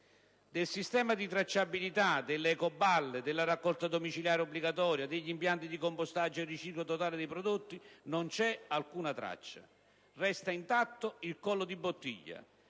Del sistema di tracciabilità, delle ecoballe, della raccolta domiciliare obbligatoria, degli impianti di compostaggio e riciclo totale dei prodotti non c'è alcuna traccia. Resta intatto il collo di bottiglia.